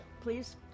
please